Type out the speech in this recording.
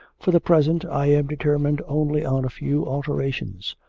for the present i am determined only on a few alterations.